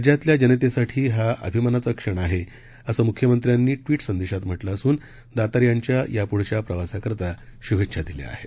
राज्यतल्या जनतेसाठी हा अभिमानाचा क्षण आहे असं मुख्यमंत्र्यांनी ट्विट संदेशात म्हटलं असून दातार यांच्या यापुढच्या प्रवासाकरता शुभेच्छा दिल्या आहेत